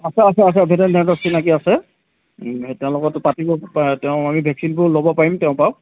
আছে আছে আছে চিনাকী আছে তেওঁ লগতো পাতিব তেওঁ আমি ভেকচিনবোৰ ল'ব পাৰিম তেওঁ পৰাও